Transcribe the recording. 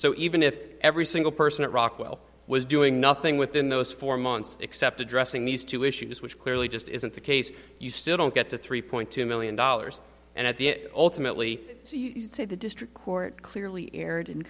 so even if every single person at rockwell was doing nothing within those four months except addressing these two issues which clearly just isn't the case you still don't get to three point two million dollars and at the ultimately say the district court clearly erred